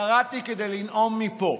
ירדתי כדי לנאום מפה.